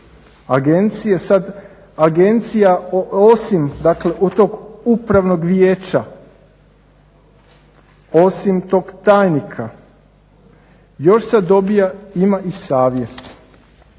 agencija osim od tog upravnog vijeća osim tog tajnika još se dobija ima i savjet.